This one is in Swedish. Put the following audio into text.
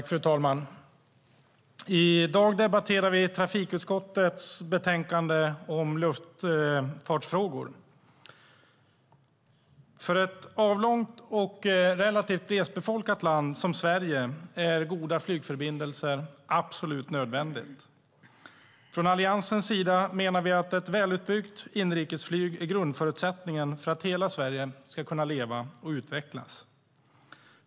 Fru talman! I dag debatterar vi trafikutskottets betänkande om luftfartsfrågor. För ett avlångt och relativt glesbefolkat land som Sverige är goda flygförbindelser absolut nödvändigt. Alliansen menar att ett välutbyggt inrikesflyg är grundförutsättningen för att hela Sverige ska kunna leva och utvecklas.